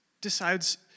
decides